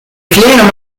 kleren